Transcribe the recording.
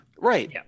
Right